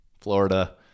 Florida